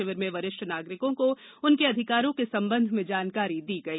शिविर में वरिष्ठ नागरिकों को उनके अधिकारों के संबंध में जानकारी प्रदान की गई